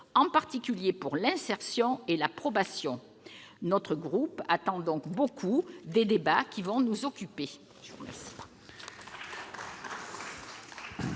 en particulier pour l'insertion et la probation. Notre groupe attend beaucoup des débats qui vont suivre.